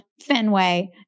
Fenway